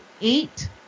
eight